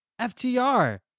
FTR